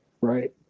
right